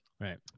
Right